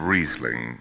Riesling